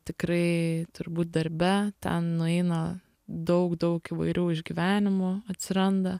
tikrai turbūt darbe ten nueina daug daug įvairių išgyvenimų atsiranda